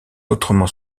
autrement